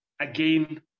Again